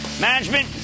management